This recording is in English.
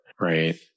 right